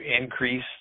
increase